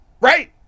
Right